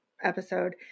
episode